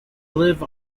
live